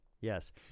Yes